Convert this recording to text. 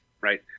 right